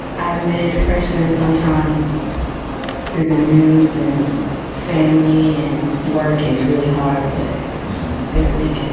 i manic depression, and sometimes through the news and family and work is really hard. but this week,